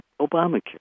Obamacare